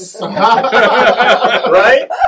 right